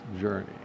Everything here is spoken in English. journey